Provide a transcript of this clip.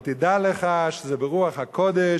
אבל תדע לך שזה ברוח הקודש.